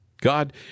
God